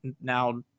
now